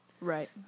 Right